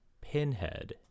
Pinhead